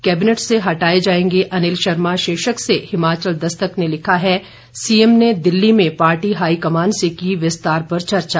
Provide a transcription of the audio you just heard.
cabinet से हटाए जाएंगे अनिल शर्मा शीर्षक से हिमाचल दस्तक ने लिखा है सीएम ने दिल्ली में पार्टी हाईकमान से की विस्तार पर चर्चा